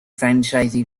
franchise